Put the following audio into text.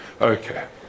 Okay